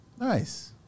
Nice